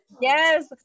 Yes